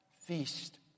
feast